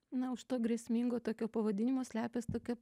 na už to grėsmingo tokio pavadinimo slepias tokia